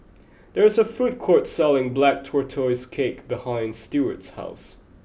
there is a food court selling black tortoise cake behind Steward's house